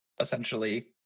essentially